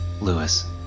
Lewis